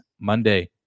Monday